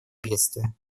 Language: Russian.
бедствия